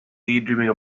daydreaming